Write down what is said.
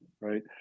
right